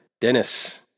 Dennis